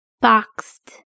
boxed